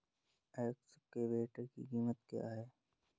Excavator की कीमत क्या है?